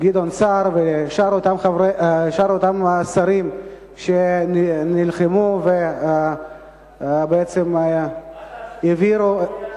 גדעון סער ולשאר אותם שרים שנלחמו ובעצם העבירו,